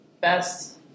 best